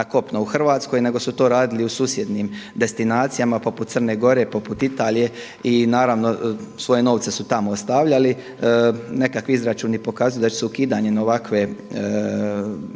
kopno u Hrvatskoj nego su to radili u susjednim destinacijama, poput Crne Gore, poput Italije i naravno svoje novce su tamo ostavljali. Nekakvi izračuni pokazuju da će se ukidanjem ovakvog